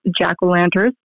jack-o'-lanterns